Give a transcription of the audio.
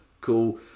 Cool